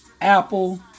Apple